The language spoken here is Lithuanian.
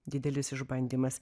didelis išbandymas